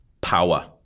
Power